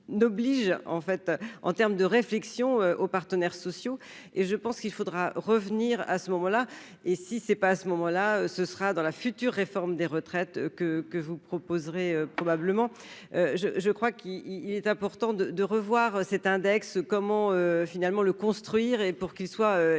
en fait en terme de réflexion aux partenaires sociaux et je pense qu'il faudra revenir à ce moment-là, et si c'est pas à ce moment-là, ce sera dans la future réforme des retraites que que vous proposerez probablement je je crois qu'il il est important de de revoir cet index comment finalement le construire et pour qu'il soit et